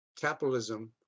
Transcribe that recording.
capitalism